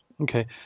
Okay